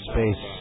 Space